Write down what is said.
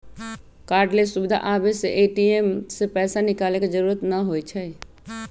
cardless सुविधा आबे से ए.टी.एम से पैसा निकाले के जरूरत न होई छई